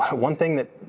one thing that,